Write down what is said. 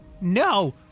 no